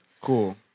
Cool